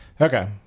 Okay